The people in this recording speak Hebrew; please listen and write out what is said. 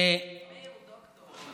אלי הוא דוקטור.